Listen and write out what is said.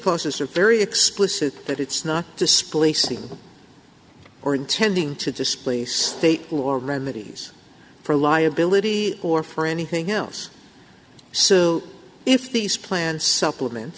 poses are very explicit that it's not displacing or intending to displace state or remedies for liability or for anything else so if these plans supplement